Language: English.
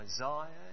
Isaiah